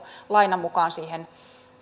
laina mukaan siihen